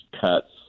cuts